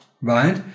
right